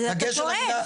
אז אתה טועה.